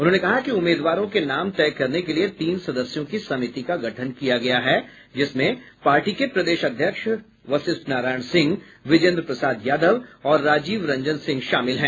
उन्होंने कहा कि उम्मीदवारों के नाम तय करने के लिए तीन सदस्यों की समिति का गठन किया गया है जिसमें पार्टी के प्रदेश अध्यक्ष वशिष्ठ नारायण सिंह विजेन्द्र प्रसाद यादव और राजीव रंजन सिंह शामिल है